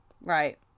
right